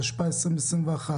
התשפ"א-2021,